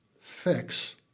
fix